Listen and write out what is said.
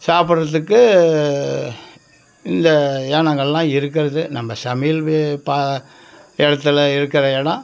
சாப்புடுறதுக்கு இந்த யானங்கள்லாம் இருக்கிறது நம்ம சமையல் இடத்துல இருக்கிற எடம்